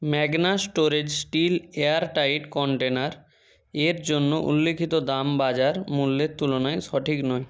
Magnus storage steel airtight container এর জন্য উল্লেখিত দাম বাজার মূল্যের তুলনায় সঠিক নয়